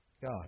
God